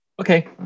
Okay